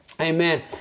Amen